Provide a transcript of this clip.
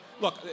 look